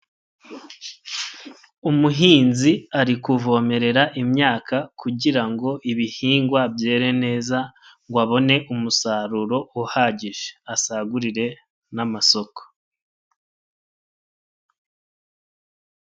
Umuhinzi ari kuvomerera imyaka kugira ngo ibihingwa byere neza ngo abone umusaruro uhagije asagurire n'amasoko.